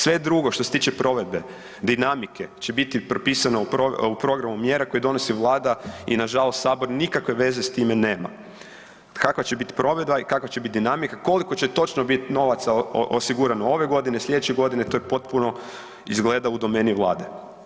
Sve drugo što se tiče provedbe, dinamike će biti propisano u programu mjera koje donosi Vlada i nažalost Sabor nikakve veze s time nema, kakva će biti provedba, kakva će biti dinamika, koliko će točno biti novaca osigurano ove godine, sljedeće godine to je potpuno izgleda u domeni Vlade.